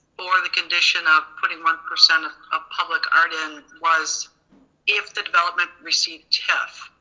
for the condition of putting one percent of of public art in was if the development received tif.